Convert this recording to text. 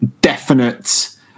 definite